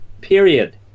period